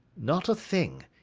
not a thing.